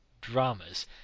dramas